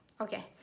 Okay